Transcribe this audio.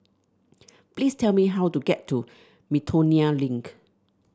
please tell me how to get to Miltonia Link